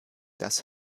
das